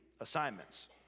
assignments